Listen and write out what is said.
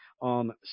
on